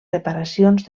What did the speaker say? reparacions